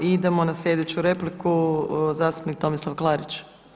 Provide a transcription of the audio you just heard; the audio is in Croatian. Idemo na slijedeću repliku zastupnik Tomislav Klarić.